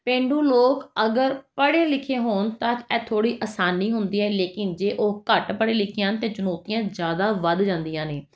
ਪੇਂਡੂ ਲੋਕ ਅਗਰ ਪੜ੍ਹੇ ਲਿਖੇ ਹੋਣ ਤਾਂ ਇਹ ਥੋੜ੍ਹੀ ਆਸਾਨੀ ਹੁੰਦੀ ਹੈ ਲੇਕਿਨ ਜੇ ਉਹ ਘੱਟ ਪੜ੍ਹੇ ਲਿਖੇ ਹਨ ਤਾਂ ਚੁਣੌਤੀਆਂ ਜ਼ਿਆਦਾ ਵੱਧ ਜਾਂਦੀਆਂ ਨੇ